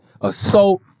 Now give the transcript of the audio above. assault